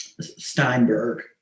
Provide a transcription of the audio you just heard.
Steinberg